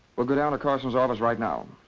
we'll go down to carson's office right now.